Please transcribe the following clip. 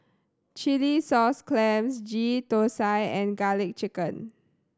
Chilli Sauce Clams Gheeh Thosai and Garlic Chicken